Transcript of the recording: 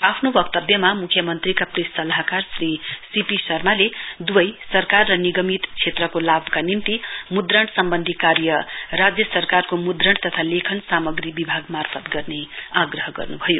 आफ्नो वक्तव्यमा मुख्य मन्त्रीका सल्लाहकार श्री सी पी शर्माले दुवै सरकार र नियमित क्षेत्रको लाभका निम्ति मुद्रण सम्वन्धी कार्य राज्य सरकारको मुद्रण तथा लेखा सामाग्री विभाग मार्फत गर्ने आग्रह गर्नुभयो